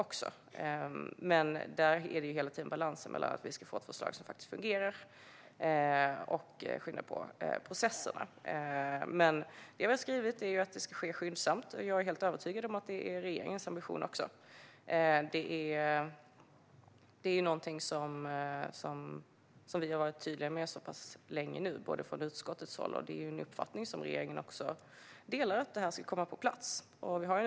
Det är hela tiden fråga om en balans mellan att få fram ett förslag som fungerar och att skynda på processerna. Vi har skrivit att arbetet ska ske skyndsamt, och jag är helt övertygad om att det också är regeringens ambition. Utskottet har länge varit tydligt med, och regeringen delar uppfattningen, att lagen ska komma på plats.